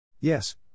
Yes